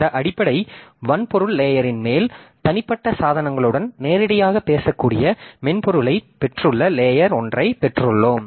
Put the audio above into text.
இந்த அடிப்படை வன்பொருள் லேயரின் மேல் தனிப்பட்ட சாதனங்களுடன் நேரடியாக பேசக்கூடிய மென்பொருளைப் பெற்றுள்ள லேயர் ஒன்றைப் பெற்றுள்ளோம்